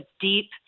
deep